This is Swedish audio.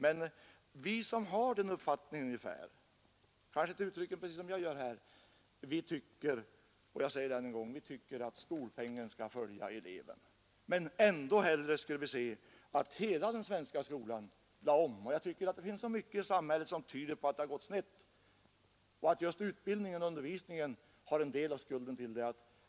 Men vi som har ungefär den här uppfattningen — kanske inte uttryckt precis som jag gjort — tycker, det säger jag än en gång, att skolpengen skall följa eleven. Men ännu hellre skulle vi se att hela den svenska skolan lades om. Det fanns så mycket i samhället som tyder på att det gått snett och att just utbildningen och undervisningen har en del av skulden till det.